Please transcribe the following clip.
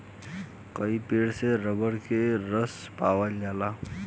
कई पेड़ से रबर के रस पावल जाला